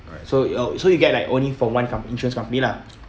alright so uh so you get like only from one com~ insurance company lah